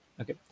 Okay